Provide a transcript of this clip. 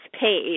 paid